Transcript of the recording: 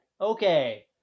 Okay